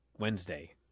Wednesday